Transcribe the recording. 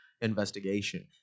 investigation